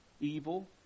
evil